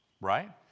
right